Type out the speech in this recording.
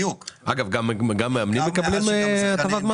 גם מאמנים מקבלים הטבת מס.